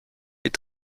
est